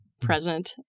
present